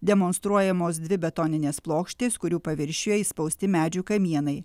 demonstruojamos dvi betoninės plokštės kurių paviršiuje įspausti medžių kamienai